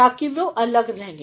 ताकि वह अलग लगें